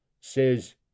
Says